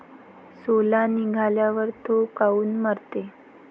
सोला निघाल्यावर थो काऊन मरते?